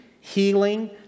healing